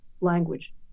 language